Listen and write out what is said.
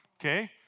okay